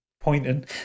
pointing